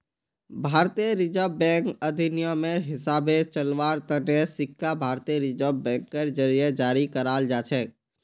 भारतीय reserve bank अधिनियमेर हिसाबे चलव्वार तने सिक्का भारतीय रिजर्व बैंकेर जरीए जारी कराल जाछेक